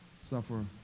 suffer